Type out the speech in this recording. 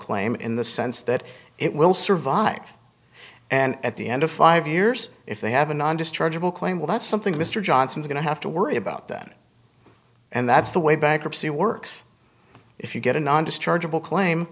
claim in the sense that it will survive and at the end of five years if they have a non dischargeable claim well that's something mr johnson's going to have to worry about that and that's the way bankruptcy works if you get a non dischargeable claim